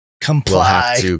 comply